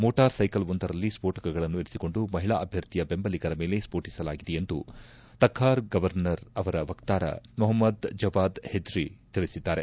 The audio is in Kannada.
ಮೋಟಾರ್ ಸೈಕಲ್ವೊಂದರಲ್ಲಿ ಸ್ಪೋಟಕಗಳನ್ನು ಇರಿಸಿಕೊಂಡು ಮಹಿಳಾ ಅಭ್ಯರ್ಥಿಯ ಬೆಂಬಲಿಗರ ಮೇಲೆ ಸ್ಪೋಟಿಸಲಾಗಿದೆ ಎಂದು ತಖ್ವಾರ್ ಗವರ್ನರ್ ಅವರ ವಕ್ತಾರ ಮಹಮ್ನದ್ ಜವಾದ್ ಹೆಜ್ರೆ ತಿಳಿಸಿದ್ದಾರೆ